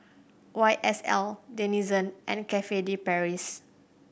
Y S L Denizen and Cafe De Paris